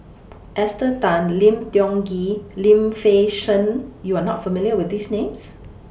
Esther Tan Lim Tiong Ghee Lim Fei Shen YOU Are not familiar with These Names